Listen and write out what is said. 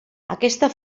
aquesta